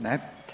Ne.